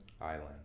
island